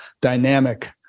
dynamic